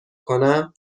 کنم